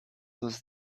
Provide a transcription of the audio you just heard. was